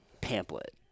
pamphlet